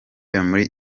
muri